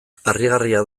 harrigarria